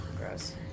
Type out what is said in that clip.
Gross